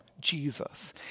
Jesus